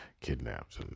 kidnapped